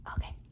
Okay